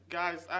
guys